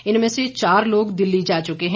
इनमें से चार लोग दिल्ली जा चुके हैं